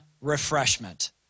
refreshment